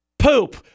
Poop